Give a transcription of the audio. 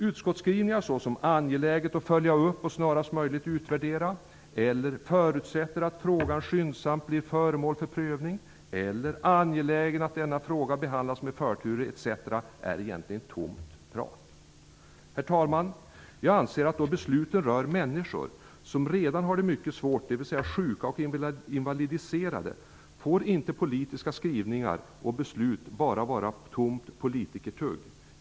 Utskottsskrivningar av typen ''angeläget att följa upp och snarast möjligt utvärdera'', ''förutsätter att frågan skyndsamt blir föremål för prövning'', ''angeläget att denna fråga behandlas med förtur'' etc. är egentligen bara tomt prat. Herr talman! Jag anser att då besluten rör människor som redan har det mycket svårt, dvs. sjuka och invalidiserade, får politiska skrivningar och beslut inte bara vara tomt politikertugg.